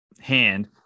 hand